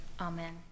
Amen